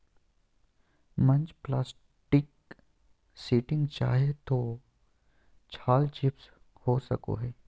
mulch plastic sheeting चाहे तो छाल चिप्स हो सको हइ